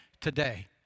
today